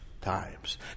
times